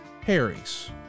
Harry's